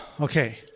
Okay